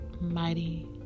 mighty